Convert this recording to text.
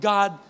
God